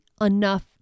enough